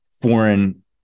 foreign